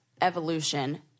evolution